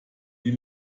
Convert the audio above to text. die